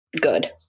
good